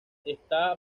está